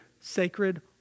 sacred